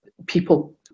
People